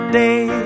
day